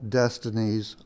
destinies